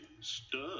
stud